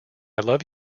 love